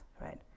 right